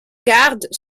garde